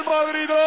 Madrid